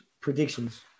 predictions